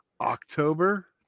October